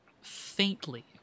faintly